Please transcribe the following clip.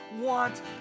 want